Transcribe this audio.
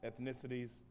ethnicities